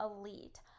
elite